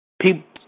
People